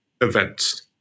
events